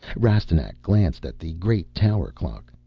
rastignac glanced at the great tower-clock.